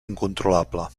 incontrolable